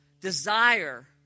desire